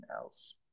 else